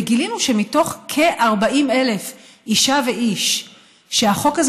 וגילינו שמתוך כ-40,000 אישה ואיש שהחוק הזה